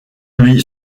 lui